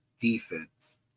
defense